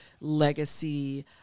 legacy